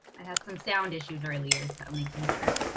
i had some sound issues earlier. so making sure